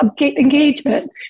engagement